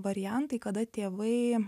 variantai kada tėvai